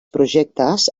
projectes